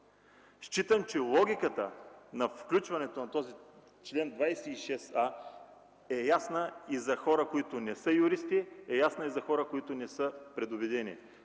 Считам, че логиката на включването на този чл. 26а е ясна и за хора, които не са юристи, ясна е и за хора, които не са предубедени.